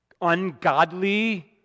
ungodly